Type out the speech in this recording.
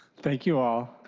thank you all.